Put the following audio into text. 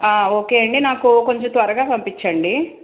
okay అండి నాకు కొంచెం త్వరగా పంపించండి